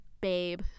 babe